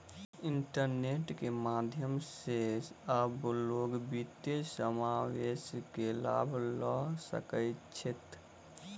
internet के माध्यम सॅ आब लोक वित्तीय समावेश के लाभ लअ सकै छैथ